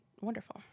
wonderful